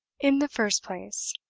in the first place,